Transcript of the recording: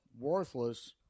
worthless